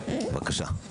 בבקשה.